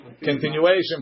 continuation